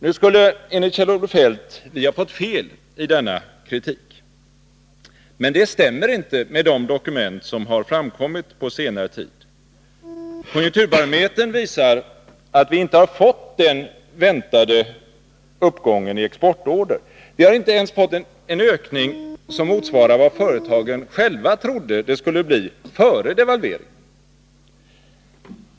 Nu skulle, enligt Kjell-Olof Feldt, vi ha haft fel i denna kritik. Men det stämmer inte med de dokument som har framkommit på senare tid. Konjunkturbarometern visar att vi inte har fått den väntade uppgången i exportorder. Vi har inte ens fått en ökning, som motsvarar vad företagen själva trodde före devalveringen.